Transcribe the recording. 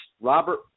Robert